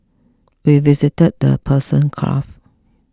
we visited the Persian Gulf